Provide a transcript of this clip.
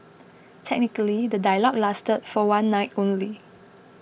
technically the dialogue lasted for one night only